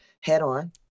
head-on